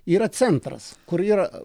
yra centras kur yra